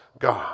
God